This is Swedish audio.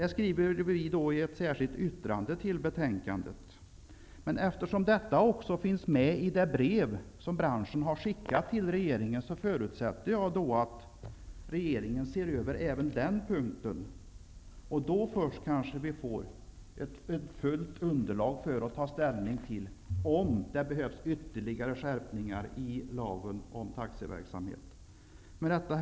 Vi skriver detta i ett särskilt yttrande till betänkandet. Men eftersom detta också finns med i det brev som branschen har skickat till regeringen, förutsätter jag att regeringen ser över även den punkten. Då först får vi kanske ett komplett underlag för att ta ställning till om det behövs ytterligare skärpningar i lagen om taxiverksamhet. Herr talman!